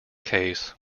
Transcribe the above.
case